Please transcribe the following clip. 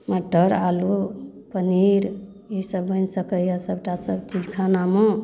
मटर आलू पनीर ईसब बनि सकैए सबटा सबचीज खानामे